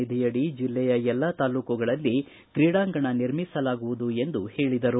ನಿಧಿಯಡಿ ಜೆಲ್ಲೆಯ ಎಲ್ಲ ತಾಲೂಕುಗಳಲ್ಲಿ ತ್ರೀಡಾಂಗಣ ನಿರ್ಮಿಸಲಾಗುವುದು ಎಂದು ಹೇಳದರು